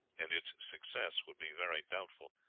and its success would be very doubtful,